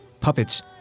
puppets